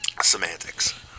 Semantics